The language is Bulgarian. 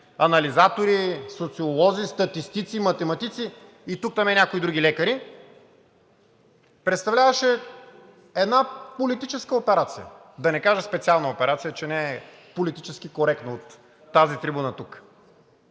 анализатори, социолози, статистици, математици и тук-там някои други лекари, представляваше една политическа операция, да не кажа специална операция, че не е политически коректно от тази трибуна тук.